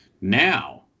Now